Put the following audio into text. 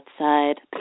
outside